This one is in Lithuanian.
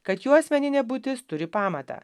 kad jo asmeninė būtis turi pamatą